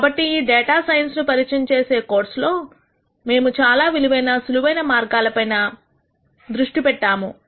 కాబట్టి ఈ data science ను పరిచయం చేసే కోర్స్ లో మేము చాలా విలువైన సులువైన మార్గాల పైన దృష్టి పెట్టాము